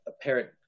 apparent